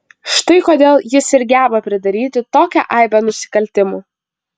štai kodėl jis ir geba pridaryti tokią aibę nusikaltimų